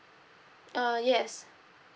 uh yes